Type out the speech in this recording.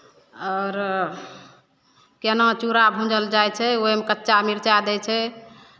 आओर केना चूड़ा भूजल जाइ छै ओहिमे कच्चा मिरचा दै छै